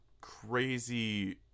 crazy